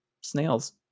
snails